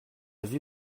vie